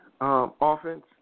offense